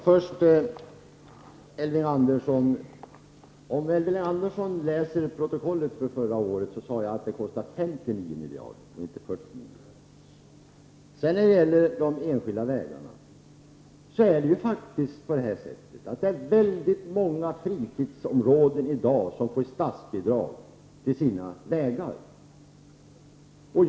Fru talman! Om Elving Andersson läser protokollet från förra året ser han att jag sade att det kostade 59 miljarder och inte 49. Det är faktiskt många fritidsområden som i dag får statsbidrag till sina enskilda vägar.